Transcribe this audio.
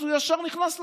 אז הוא ישר נכנס לארץ,